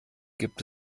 gibt